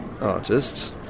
artists